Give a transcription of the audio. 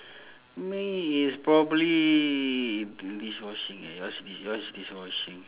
me is probably dish washing eh yours is yours is dish washing